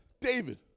David